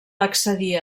accedir